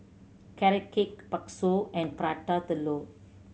Carrot Cake bakso and Prata Telur